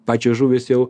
pačios žuvys jau